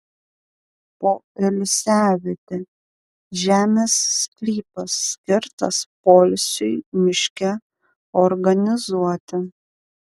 poilsiavietė žemės sklypas skirtas poilsiui miške organizuoti